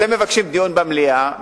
אתם מבקשים דיון במליאה.